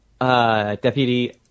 Deputy